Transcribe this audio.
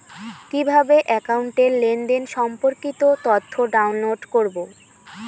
কিভাবে একাউন্টের লেনদেন সম্পর্কিত তথ্য ডাউনলোড করবো?